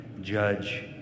judge